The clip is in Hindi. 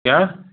क्या